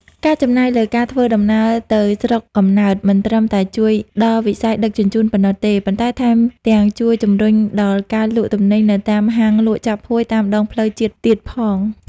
ការចំណាយលើការធ្វើដំណើរទៅស្រុកកំណើតមិនត្រឹមតែជួយដល់វិស័យដឹកជញ្ជូនប៉ុណ្ណោះទេ ប៉ុន្តែថែមទាំងជួយជំរុញដល់ការលក់ទំនិញនៅតាមហាងលក់ចាប់ហួយតាមដងផ្លូវជាតិទៀតផង។